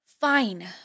Fine